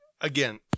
again